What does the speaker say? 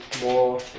more